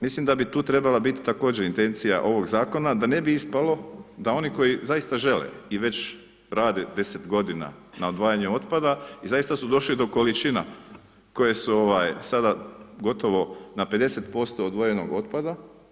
Mislim da bi tu trebala biti također intencija ovog zakona da ne bi ispalo da oni koji zaista žele i već rade 10 godina na odvajanju otpada i zaista su došli do količina koje su sada gotovo na 50% odvojenog otpada.